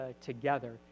together